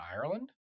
Ireland